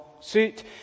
suit